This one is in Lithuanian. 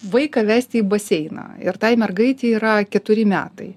vaiką vesti į baseiną ir tai mergaitei yra keturi metai